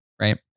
right